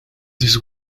this